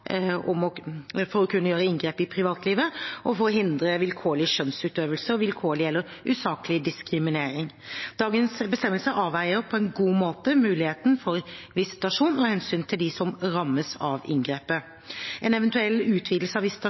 for å kunne gjøre inngrep i privatlivet og for å hindre vilkårlig skjønnsutøvelse og vilkårlig eller usaklig diskriminering. Dagens bestemmelser avveier på en god måte muligheten for visitasjon og hensynet til dem som rammes av inngrepet. En eventuell utvidelse